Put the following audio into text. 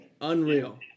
unreal